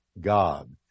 God